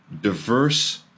diverse